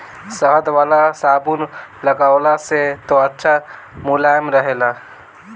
शहद वाला साबुन लगवला से त्वचा मुलायम रहेला